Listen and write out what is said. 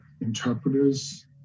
interpreters